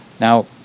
Now